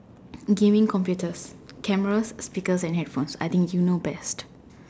okay computer cameras speakers and headphones I think you know best